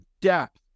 depth